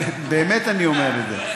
באמת אני אומר את זה.